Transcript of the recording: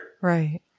Right